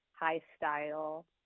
high-style